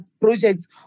projects